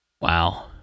Wow